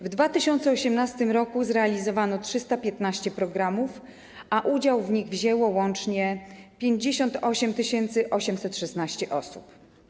W 2018 r. zrealizowano 315 programów, a udział w nich wzięło łącznie 58 816 osób.